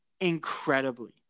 incredibly